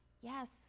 yes